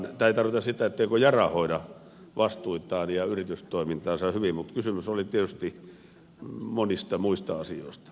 tämä ei tarkoita sitä etteikö yara hoida vastuitaan ja yritystoimintaansa hyvin mutta kysymys oli tietysti monista muista asioista